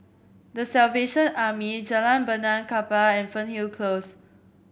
The Salvation Army Jalan Benaan Kapal and Fernhill Close